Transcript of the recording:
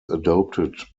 adopted